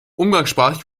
umgangssprachlich